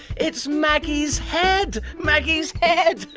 it's maggie's head. maggie's head.